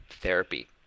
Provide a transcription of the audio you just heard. therapy